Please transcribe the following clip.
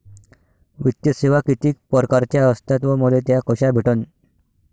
वित्तीय सेवा कितीक परकारच्या असतात व मले त्या कशा भेटन?